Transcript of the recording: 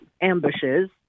ambushes